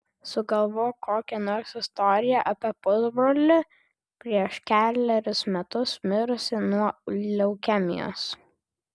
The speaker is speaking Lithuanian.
sugalvok kokią nors istoriją apie pusbrolį prieš kelerius metus mirusį nuo leukemijos